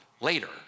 later